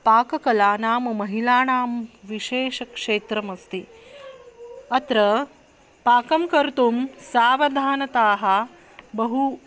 पाककलानां महिलानां विशेषक्षेत्रमस्ति अत्र पाकं कर्तुं सावधानताः बहु